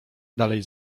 dalej